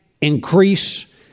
increase